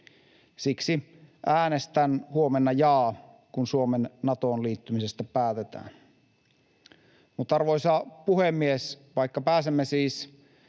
Siksi äänestän huomenna ”jaa”, kun Suomen Natoon liittymisestä päätetään. Arvoisa puhemies! Vaikka pääsemme siis